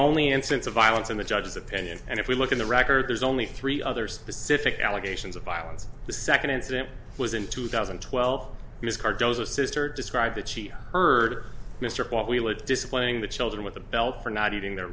only instance of violence in the judge's opinion and if we look at the record there's only three others pacific allegations of violence the second incident was in two thousand and twelve miss cardoza sr described that she heard mr displaying the children with a belt for not eating their